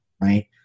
right